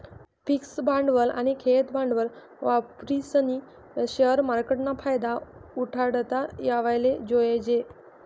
fix भांडवल आनी खेयतं भांडवल वापरीस्नी शेअर मार्केटना फायदा उठाडता येवाले जोयजे